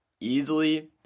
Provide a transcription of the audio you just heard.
easily